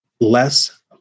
less